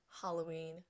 Halloween